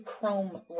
chrome